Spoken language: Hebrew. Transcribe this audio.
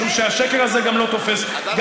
משום שהשקר הזה גם לא תופס בציבור.